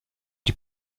die